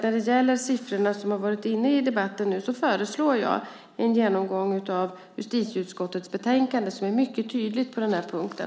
När det gäller siffrorna som har förekommit i debatten nu föreslår jag som sagt en genomgång av justitieutskottets betänkande, som är mycket tydligt på den här punkten.